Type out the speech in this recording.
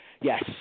yes